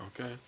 Okay